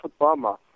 Obama